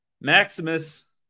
Maximus